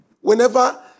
whenever